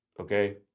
okay